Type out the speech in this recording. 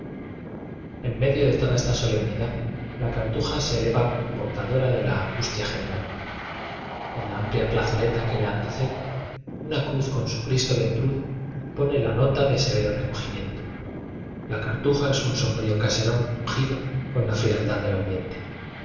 en medio de toda esta solemnidad la cartuja se eleva como portadora de la an gustia general en la amplia plazoleta que la antecede una cruz con su cristo ventrudo pone la nota de severo recogimiento la cartuja es un sombrío caserón ungido con la frialdad del ambiente